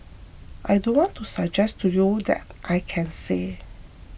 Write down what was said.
I don't want to suggest to you that I can say